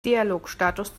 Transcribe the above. dialogstatus